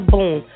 Boom